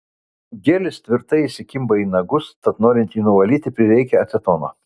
gelis tvirtai įsikimba į nagus tad norint jį nuvalyti prireikia acetono